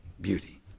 beauty